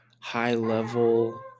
high-level